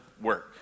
work